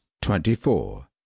twenty-four